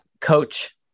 coach